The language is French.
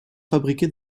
fabriqués